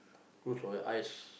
close your eyes